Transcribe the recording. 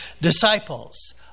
disciples